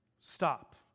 Stop